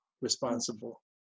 responsible